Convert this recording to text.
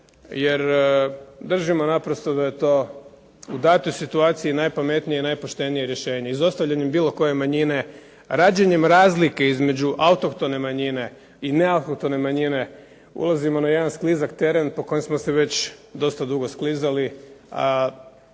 jer držimo naprosto da je to u datoj situaciji najpametnije i najpoštenije rješenje. Izostavljanjem bilo koje manjine, rađenjem razlike između autohtone i neautohtone manjine ulazimo na jedan sklizak teren po kojem smo se već dosta dugo sklizali,